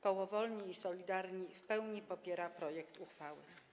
Koło Wolni i Solidarni w pełni popiera projekt uchwały.